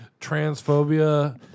transphobia